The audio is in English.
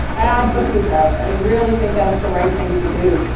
i hope he does. i really think that's the right thing to do.